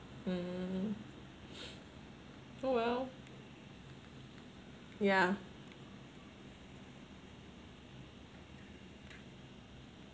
mm oh well yeah